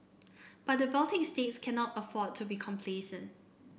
but the Baltic states cannot afford to be complacent